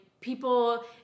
people